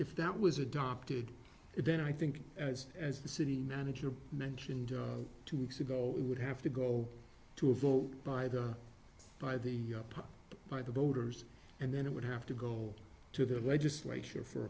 if that was adopted then i think as the city manager mentioned two weeks ago it would have to go to a vote by the by the by the voters and then it would have to go to the legislature for